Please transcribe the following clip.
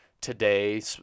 today